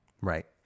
Right